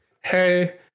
hey